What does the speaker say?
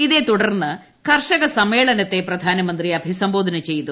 ഇതേത്തുടർന്ന് കർഷകസമ്മേളനത്തെ പ്രധാനമന്ത്രി അഭിസംബോധന ചെയ്തു